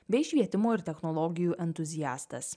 bei švietimo ir technologijų entuziastas